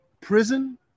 prison